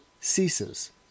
ceases